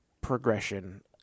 progression